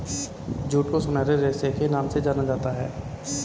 jute को सुनहरे रेशे के नाम से जाना जाता है